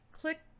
click